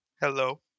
Hello